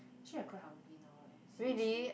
actually I quite hungry now eh seriously